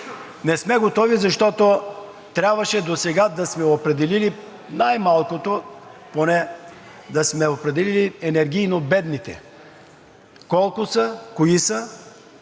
Не сме готови, защото трябваше досега да сме определили, най-малкото поне да сме определили енергийно бедните колко са, кои са